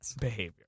behavior